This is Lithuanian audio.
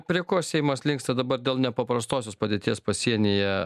prie ko seimas linksta dabar dėl nepaprastosios padėties pasienyje